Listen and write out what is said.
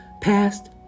Past